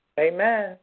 Amen